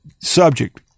subject